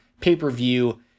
pay-per-view